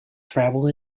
travel